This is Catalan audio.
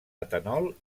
etanol